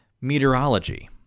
meteorology